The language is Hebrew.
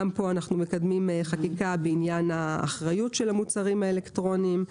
גם פה אנו מקדמים חקיקה בעניין האחריות של המוצרים האלקטרוניים.